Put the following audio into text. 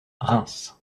reims